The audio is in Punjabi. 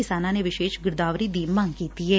ਕਿਸਾਨਾਂ ਨੇ ਵਿਸ਼ੇਸ਼ ਗਿਰਦਾਵਰੀ ਦੀ ਮੰਗ ਕੀਤੀ ਏ